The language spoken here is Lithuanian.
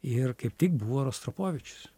ir kaip tik buvo rostropovičius